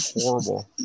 Horrible